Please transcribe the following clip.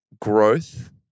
growth